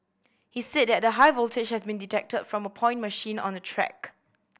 he said that the high voltage had been detected from a point machine on the track